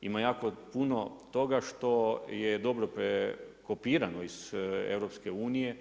Ima jako puno toga što je dobro prekopirano iz EU.